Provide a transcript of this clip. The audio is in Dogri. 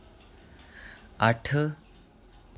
अट्ठ